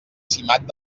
simat